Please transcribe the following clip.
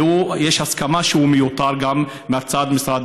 ויש הסכמה שהוא מיותר גם בהצעת משרד